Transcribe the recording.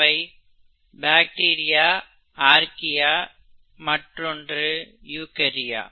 அவை bacteria archaea மற்றொன்று eukarya